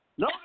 No